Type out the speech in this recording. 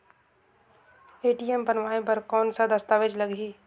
ATM बनवाय बर कौन का दस्तावेज लगही?